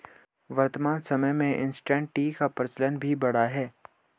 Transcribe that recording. वर्तमान समय में इंसटैंट टी का प्रचलन भी बढ़ा है